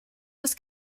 was